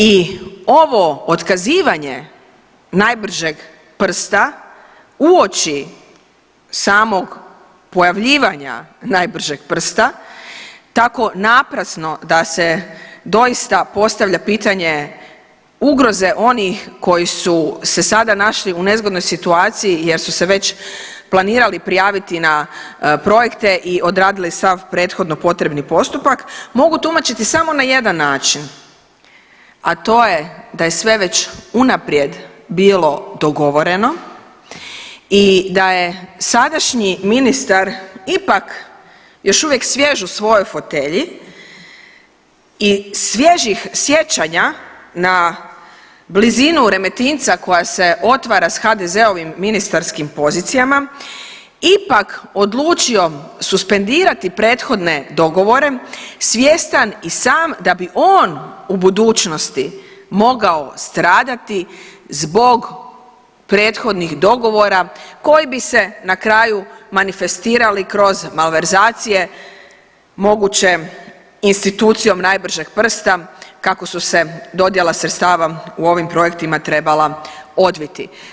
I ovo otkazivanje najbržeg prsta uoči samog pojavljivanja najbržeg prsta tako naprasno da se doista postavlja pitanje ugroze onih koji su se sada našli u nezgodnoj situaciji jer su se već planirali prijaviti na projekte i odradili sav prethodno potrebni postupak, mogu tumačiti samo na jedan način, a to je da je sve već unaprijed bilo dogovoreno i da je sadašnji ministar ipak još uvijek svježu svojoj fotelji i svježih sjećanja na blizinu Remetinca koja se otvara s HDZ-ovim ministarskim pozicijama ipak odlučio suspendirati prethodne dogovore svjestan i sam da bi on u budućnosti mogao stradati zbog prethodnih dogovora koji bi se na kraju manifestirali kroz malverzacije moguće institucijom najbržeg prsta kako su se dodjela sredstava u ovim projektima trebala odviti.